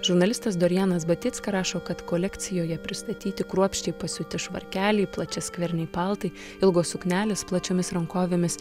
žurnalistas dorjanas baticka rašo kad kolekcijoje pristatyti kruopščiai pasiūti švarkeliai plačiaskverniai paltai ilgos suknelės plačiomis rankovėmis